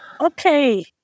Okay